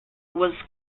was